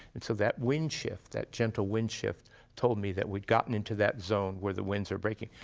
and so, that wind shift, that gentle wind shift told me that we've gotten into that zone where the winds are breaking.